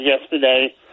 yesterday